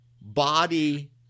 body